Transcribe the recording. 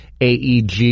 AEG